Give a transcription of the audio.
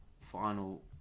final